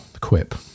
quip